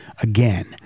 again